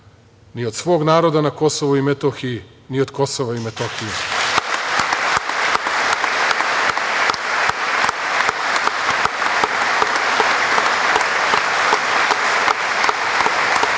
ni od svog naroda na Kosovu i Metohiji, ni od Kosova i Metohije. Ako